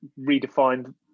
redefined